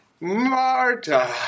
Marta